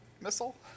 missile